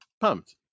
pumped